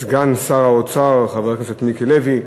סגן שר האוצר חבר הכנסת מיקי לוי,